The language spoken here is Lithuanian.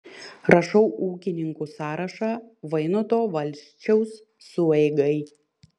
rašau ūkininkų sąrašą vainuto valsčiaus sueigai